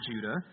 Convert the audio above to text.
Judah